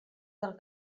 del